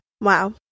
Wow